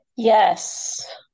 Yes